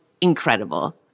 incredible